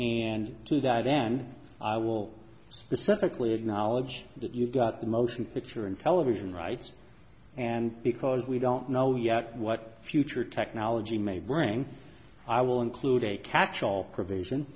and to that then i will specifically acknowledge that you've got the motion picture and television rights and because we don't know yet what future technology may bring i will include a catch all pro